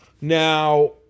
Now